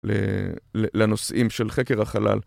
לנושאים של חקר החלל.